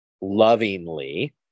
lovingly